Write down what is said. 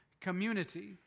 community